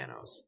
thanos